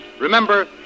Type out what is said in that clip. Remember